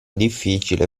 difficile